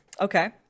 okay